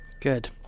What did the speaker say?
Good